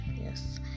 Yes